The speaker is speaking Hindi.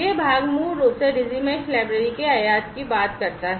यह भाग मूल रूप से Digi mesh लाइब्रेरी के आयात की बात करता है